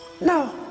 No